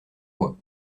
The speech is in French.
bois